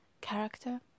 character